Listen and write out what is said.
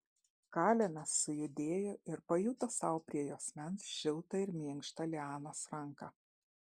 kalenas sujudėjo ir pajuto sau prie juosmens šiltą ir minkštą lianos ranką